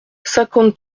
cinquante